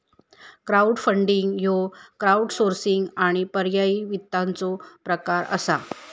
crowdfunding ह्यो crowdsourcing आणि पर्यायी वित्ताचो प्रकार असा